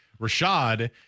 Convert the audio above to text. Rashad